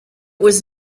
was